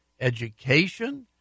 education